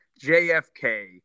JFK